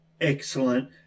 Excellent